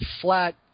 flat –